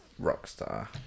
Rockstar